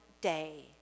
day